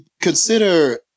consider